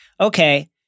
okay